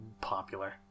popular